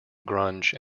grunge